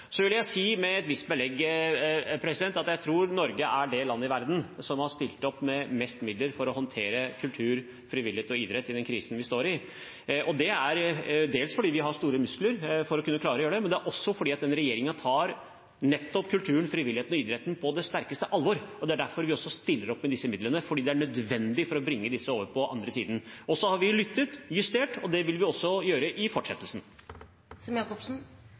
vil si med et visst belegg at jeg tror Norge er det landet i verden som har stilt opp med mest midler for å håndtere kultur, frivillighet og idrett i den krisen vi står i. Det er dels fordi vi har store muskler at vi kan klare å gjøre det, men det er også fordi denne regjeringen tar nettopp kulturen, frivilligheten og idretten på det største alvor. Det er derfor vi stiller opp med disse midlene, fordi det er nødvendig for å bringe disse over krisen. Så har vi lyttet og justert – og det vil vi også gjøre i